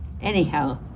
Anyhow